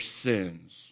sins